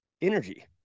energy